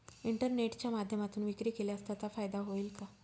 इंटरनेटच्या माध्यमातून विक्री केल्यास त्याचा फायदा होईल का?